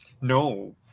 No